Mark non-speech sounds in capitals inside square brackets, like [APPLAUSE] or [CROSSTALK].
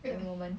[NOISE]